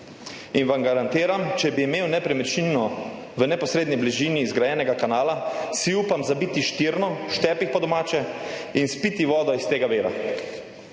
in vam garantiram, če bi imel nepremičnino v neposredni bližini zgrajenega kanala, si upam zabiti štirno, štepih po domače in s piti vodo iz tega vira.